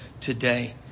today